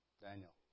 Daniel